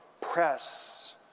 press